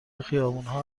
خیابونها